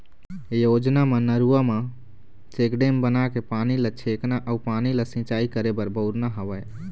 योजना म नरूवा म चेकडेम बनाके पानी ल छेकना अउ पानी ल सिंचाई करे बर बउरना हवय